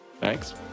Thanks